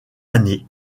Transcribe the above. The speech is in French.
année